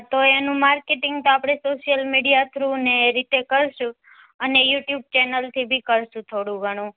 તો એનુ માર્કેટિંગ તો આપડે સોશિયલ મિડિયા થ્રુ ને એ રીતે કરશું અને યૂટ્યૂબ ચેનલથી બી કરશું થોડું ઘણું